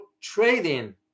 trading